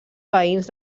veïns